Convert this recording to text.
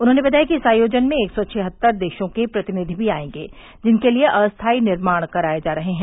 उन्होंने बताया कि इस आयोजन में एक सौ छिहत्तर देशों के प्रतिनिधि भी आयेंगे जिनके लिए अस्थायी निर्माण कराये जा रहे हैं